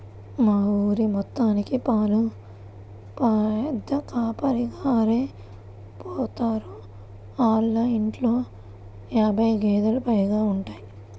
మా ఊరి మొత్తానికి పాలు పెదకాపుగారే పోత్తారు, ఆళ్ళ ఇంట్లో యాబై గేదేలు పైగా ఉంటయ్